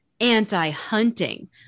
anti-hunting